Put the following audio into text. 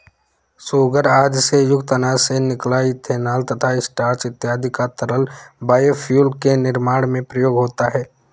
sugar आदि से युक्त अनाज से निकला इथेनॉल तथा स्टार्च इत्यादि का तरल बायोफ्यूल के निर्माण में प्रयोग होता है